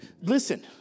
Listen